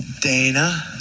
Dana